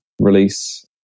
release